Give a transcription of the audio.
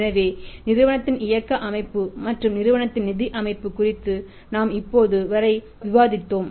எனவே நிறுவனத்தின் இயக்க அமைப்பு மற்றும் நிறுவனத்தின் நிதி அமைப்பு குறித்து நாம் இப்போது வரை விவாதித்தோம்